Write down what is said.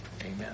Amen